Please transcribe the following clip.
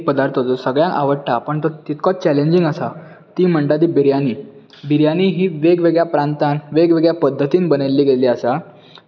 एक पदार्थ जो सगळ्यांक आवडटा पण तो तितकोच चॅलेंजींग आसा ती म्हणटा ती बिर्याणी बिर्याणी ही वेगवेगळ्या प्रांतान वेगवेगळ्या पध्दतीन बनयल्ली गेल्ली आसा